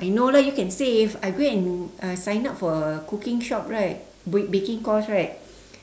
I know lah you can save I go and uh sign up for a cooking shop right b~ baking course right